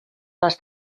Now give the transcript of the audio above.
les